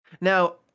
Now